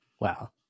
Wow